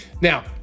Now